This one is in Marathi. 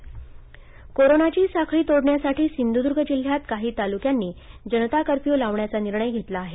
जनता कर्फ्यू कोरोनाची साखळी तोडण्यासाठी सिंधुद्ग जिल्ह्यात काही तालुक्यांनी जनता कर्फ्यू लावण्याचा निर्णय घेतला आहे